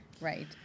Right